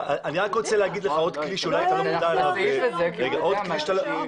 כבוד היושב ראש,